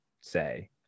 say